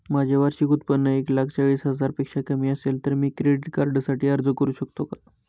माझे वार्षिक उत्त्पन्न एक लाख चाळीस हजार पेक्षा कमी असेल तर मी क्रेडिट कार्डसाठी अर्ज करु शकतो का?